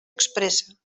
expressa